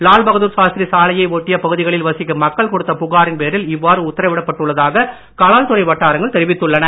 லால் பகதூர் சாஸ்திரி சாலையை ஒட்டிய பகுதிகளில் வசிக்கும் மக்கள் கொடுத்த புகாரின் பேரில் இவ்வாறு உத்தரவிடப்பட்டுள்ளதாக கலால்துறை வட்டாரங்கள் தெரிவித்துள்ளன